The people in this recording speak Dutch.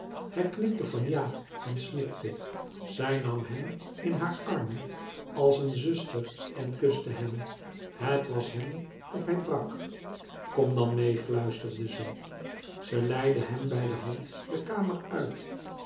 hij knikte van ja en snikte zij nam hem in haar armen als een zuster en kuste hem het was hem of hij brak louis couperus metamorfoze kom dan meê fluisterde ze ze leidde hem bij de hand de kamer uit